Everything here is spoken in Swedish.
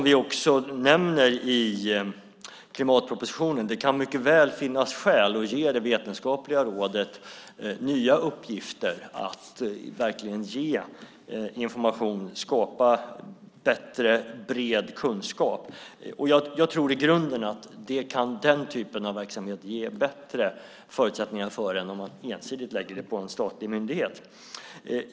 Vi nämner i klimatpropositionen att det mycket väl kan finnas skäl att ge det vetenskapliga rådet nya uppgifter, nämligen att ge information och skapa bättre och bredare kunskap. Jag tror att den typen av verksamhet i grunden ger bättre förutsättningar än om man ensidigt lägger det hela på en statlig myndighet.